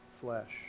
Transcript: flesh